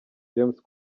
james